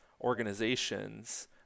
organizations